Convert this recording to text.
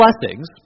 blessings